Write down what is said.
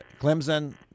Clemson